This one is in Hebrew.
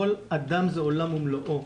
כל אדם זה עולם ומלואו.